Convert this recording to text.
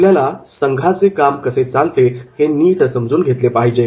आपल्याला संघाचे काम कसे चालते हे नीट समजून घेतले पाहिजे